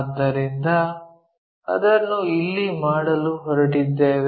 ಆದ್ದರಿಂದ ಅದನ್ನು ಇಲ್ಲಿ ಮಾಡಲು ಹೊರಟಿದ್ದೇವೆ